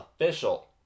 Official